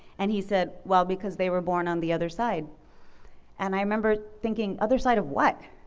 and he said, well because they were born on the other side and i remember thinking other side of what?